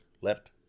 left